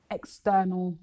external